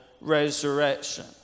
resurrection